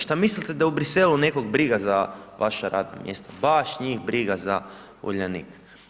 Šta mislite da je u Briselu nekog briga za vaša radna mjesta, baš njih briga za Uljanik.